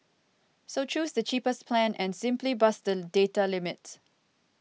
so choose the cheapest plan and simply bust the data limit